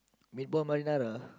meat ball marinara